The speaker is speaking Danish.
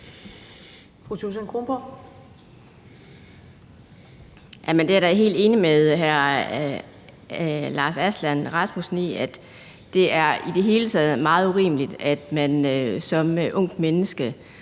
det i det hele taget er meget urimeligt, at man som ungt menneske,